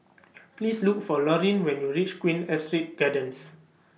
Please Look For Laureen when YOU REACH Queen Astrid Gardens